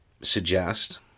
suggest